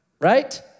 Right